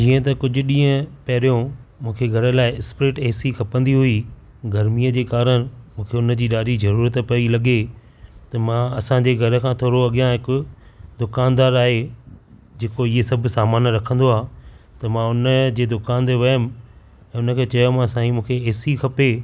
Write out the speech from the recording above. जीअं त कुझु ॾींह पहिरियों मूंखे घर लाइ स्प्लिट ए सी खपंदी हुई गर्मीय जे कारणु मूंखे हुन जी ॾाढी ज़रुरत पई लॻे त मां असां जे घर खां थोरो अॻियां हिकु दुकानदार आहे जेको इहे सभु सामान रखंदो आहे त मां हुन जे दुकान ते वियमि ऐं हुन खे चयोमांसि की साईं मूंखे ए सी खपे